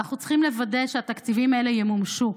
ואנחנו צריכים לוודא שהתקציבים האלה ימומשו.